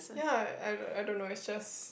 ya I I don't know it just